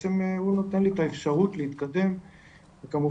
בעצם הוא נותן לי את האפשרות להתקדם וכמובן